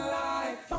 life